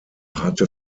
hatte